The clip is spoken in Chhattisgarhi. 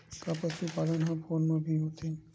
का पशुपालन ह फोन म भी होथे?